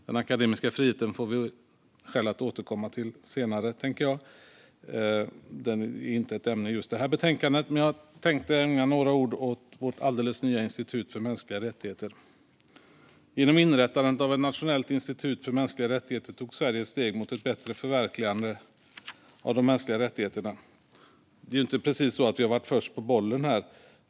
Den akademiska friheten får vi skäl att återkomma till senare. Den är inte ett ämne i det här betänkandet. Men jag tänker ägna några ord åt vårt alldeles nya institut för mänskliga rättigheter. Genom inrättandet av ett nationellt institut för mänskliga rättigheter tog Sverige ett steg mot ett bättre förverkligande av de mänskliga rättigheterna. Det är ju inte precis så att vi varit först på bollen här.